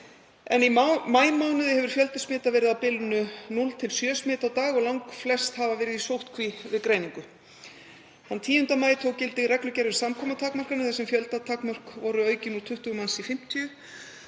en í maímánuði hefur fjöldi smita verið á bilinu 0–7 smit á dag og langflest hafa verið í sóttkví við greiningu. Þann 10. maí tók gildi reglugerð um samkomutakmarkanir þar sem fjöldatakmörk voru aukin úr 20 manns í 50